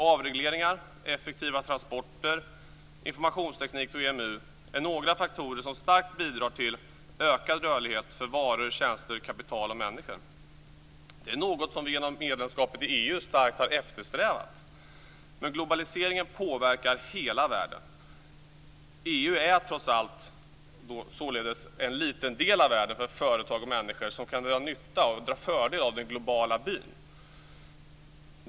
Avregleringar, effektiva transporter, informationsteknik och EMU är några faktorer som starkt bidrar till ökad rörlighet för varor, tjänster, kapital och människor. Det är något som vi genom medlemskapet i EU starkt har eftersträvat. Men globaliseringen påverkar hela världen. EU är trots allt en liten del av världen för företag och människor som kan dra fördel av den globala byn.